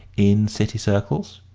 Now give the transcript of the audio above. in city circles.